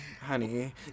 Honey